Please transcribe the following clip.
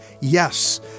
yes